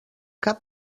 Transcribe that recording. cap